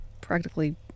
Practically